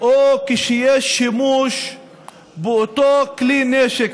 או כשיש שימוש באותו כלי נשק,